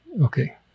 Okay